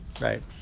right